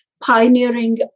Pioneering